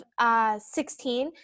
16